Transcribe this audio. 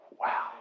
Wow